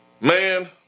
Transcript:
Man